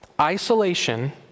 Isolation